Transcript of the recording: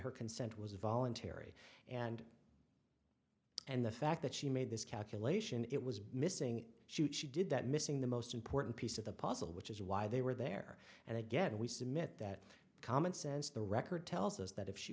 her consent was voluntary and and the fact that she made this calculation it was missing she did that missing the most important piece of the puzzle which is why they were there and again we submit that commonsense the record tells us that if she